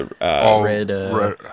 Red